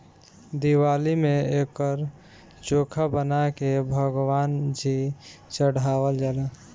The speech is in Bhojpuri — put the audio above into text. दिवाली में एकर चोखा बना के भगवान जी चढ़ावल जाला